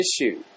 issue